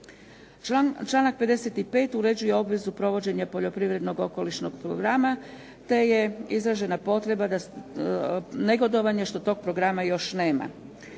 Članak 55. uređuje obvezu provođenja poljoprivrednog okolišnog programa te je izražena potreba negodovanja što toga programa još nema.